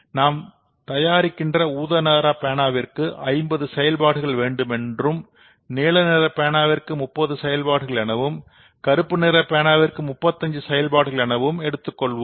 நாம் தயாரிக்கின்ற ஊதா நிற பேனாவிற்கு ஐம்பது செயல்பாடுகள் வேண்டுமென்றும் நீல நிற பேனாவிற்கு 30 செயல்பாடுகள் எனவும் கருப்பு நிற பேனாவிற்கு 35 செயல்பாடுகள் எனவும் எடுத்துக்கொள்வோம்